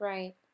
Right